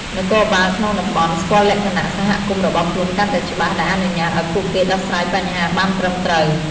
នគរបាលក្នុងតំបន់ ស្គាល់លក្ខណៈសហគមន៍របស់ខ្លួនកាន់តែច្បាស់ ដែលអនុញ្ញាតឱ្យពួកគេដោះស្រាយបញ្ហាបានត្រឹមត្រូវ។